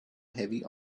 heavy